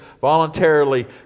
voluntarily